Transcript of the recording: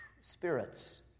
spirits